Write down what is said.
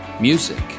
Music